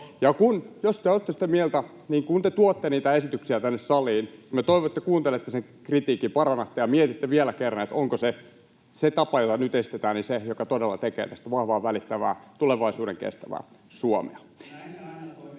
jos te olette sitä mieltä, niin kun te tuotte niitä esityksiä tänne saliin, minä toivon, että kuuntelette sen kritiikin, parannatte ja mietitte vielä kerran, onko se tapa, jota nyt esitetään, se joka todella tekee vahvaa, välittävää ja tulevaisuuden kestävää Suomea.